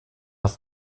auf